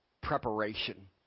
preparation